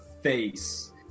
face